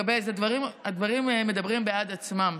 הדברים מדברים בעד עצמם.